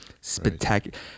Spectacular